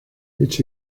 each